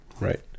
right